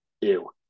ew